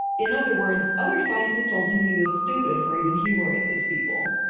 in other words, other scientists told him he was stupid for even humoring these people.